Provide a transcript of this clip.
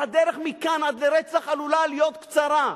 והדרך מכאן עד לרצח עלולה להיות קצרה.